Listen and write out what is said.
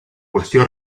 qüestió